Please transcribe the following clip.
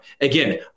Again